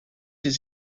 des